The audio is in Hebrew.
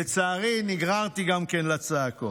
לצערי, גם אני נגררתי לצעקות.